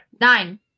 Nine